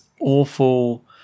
awful